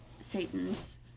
satan's